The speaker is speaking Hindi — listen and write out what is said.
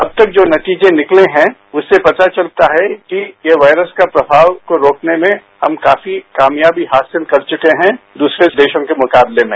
अब तक जो नतीजे निकले हैं उससे पता चलता है कि ये वायरस का प्रभाव रोकने में हम काफी कामयाबी हासिल कर चुके हैं दूसरे देशों के मुकाबले में